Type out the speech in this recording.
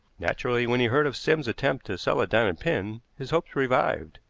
naturally, when he heard of sims's attempt to sell a diamond pin, his hopes revived.